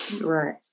Right